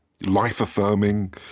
life-affirming